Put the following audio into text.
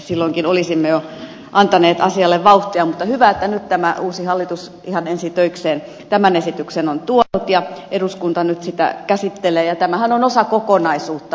silloinkin olisimme jo antaneet asialle vauhtia mutta hyvä että nyt tämä uusi hallitus ihan ensitöikseen tämän esityksen on tuonut ja eduskunta nyt sitä käsittelee ja tämähän on osa kokonaisuutta